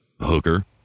hooker